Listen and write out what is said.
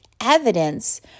evidence